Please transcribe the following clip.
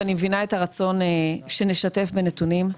ואני מבינה את הרצון שנשתף בנתונים.